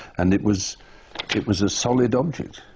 and it was it was a solid object.